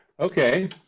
Okay